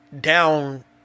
down